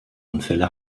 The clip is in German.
unfälle